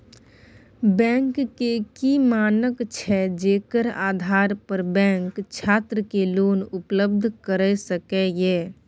Bank के की मानक छै जेकर आधार पर बैंक छात्र के लोन उपलब्ध करय सके ये?